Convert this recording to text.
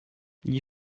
gli